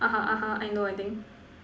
(uh huh) (uh huh) I know I think